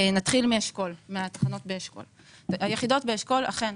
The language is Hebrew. נתחיל מהיחידות באשכול אכן,